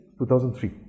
2003